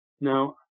Now